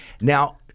Now